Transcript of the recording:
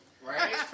Right